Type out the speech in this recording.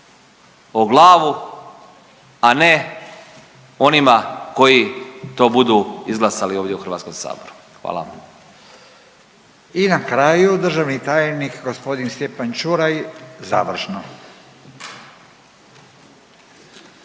o glavu, a ne onima koji to budu izglasali ovdje u Hrvatskom saboru. Hvala. **Radin, Furio (Nezavisni)** I na kraju državni tajnik gospodin Stjepan Čuraj, završno.